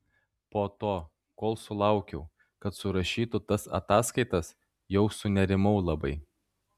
po to kol sulaukiau kad surašytų tas ataskaitas jau sunerimau labai